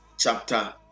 chapter